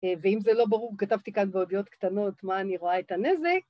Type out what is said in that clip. ואם זה לא ברור, כתבתי כאן באותיות קטנות, מה אני רואה את הנזק